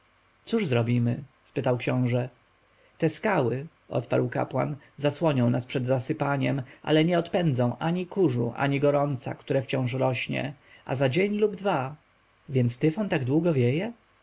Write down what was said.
cóż zrobimy spytał książę te skały odparł kapłan zasłonią nas przed zasypaniem ale nie odpędzą ani kurzu ani gorąca które wciąż rośnie a za dzień lub dwa więc tyfon tak długo wieje